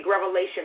Revelation